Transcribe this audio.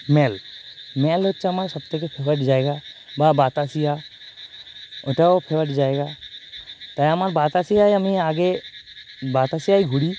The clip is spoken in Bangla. মল মল হচ্ছে আমার সব থেকে ফেভারিট জায়গা বা বাতাসিয়া এটাও ফেভারিট জায়গা তাই আমার বাতাসিয়ায় আমি আগে বাতাসিয়াই ঘুরি